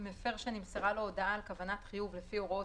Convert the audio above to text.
מפר שנמסרה לו הודעה על כוונת חיוב לפי הוראות